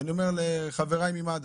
אני אומר לחבריי ממד"א,